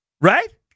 right